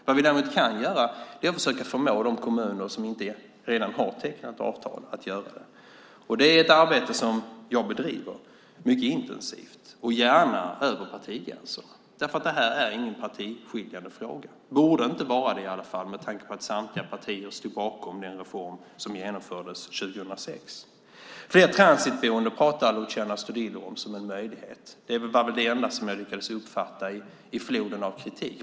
Vad vi däremot kan göra är att försöka förmå de kommuner som inte redan har tecknat avtal att göra det. Det är ett arbete som jag bedriver mycket intensivt och gärna över partigränserna därför att det här inte är någon partiskiljande fråga, borde inte vara det i alla fall med tanke på att samtliga partier stod bakom den reform som genomfördes 2006. Flera transitboenden pratar Luciano Astudillo om som en möjlighet. Det var väl det enda som jag lyckades uppfatta i floden av kritik.